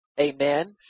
Amen